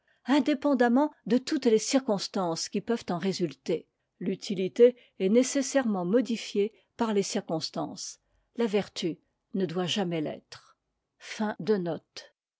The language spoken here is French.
indépendamment de toutes les circonstances qui peuvent en résulter l'utilité est nécessairement modifiée par les circonstances la vertu ne doit jamais t'être